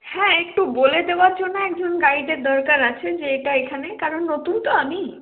হ্যাঁ একটু বলে দেওয়ার জন্য একজন গাইডের দরকার আছে যে এটা এখানে কারণ নতুন তো আমি